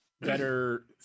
Better